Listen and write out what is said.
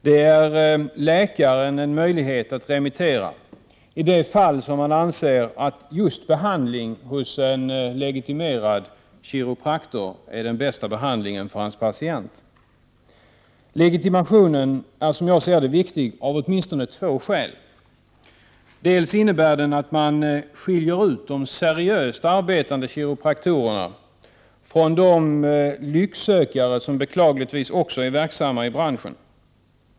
Det ger läkare möjlighet att remittera i de fall som han anser att just behandling hos en legitimerad kiropraktor är den bästa behandlingen för hans patient. Legitimationen är viktig av åtminstone två skäl: Den innebär att man skiljer ut de seriöst arbetande kiropraktorerna från de lycksökare som beklagligtvis också är verksamma i branschen.